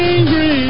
Angry